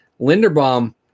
Linderbaum